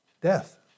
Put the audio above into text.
death